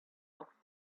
off